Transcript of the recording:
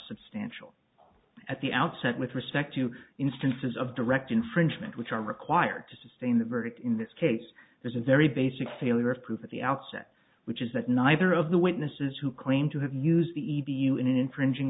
substantial at the outset with respect to instances of direct infringement which are required to sustain the verdict in this case there's a very basic failure of proof at the outset which is that neither of the witnesses who claimed to have used the e b u in infringing